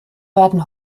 werden